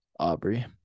aubrey